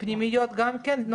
פנימיות גם כן?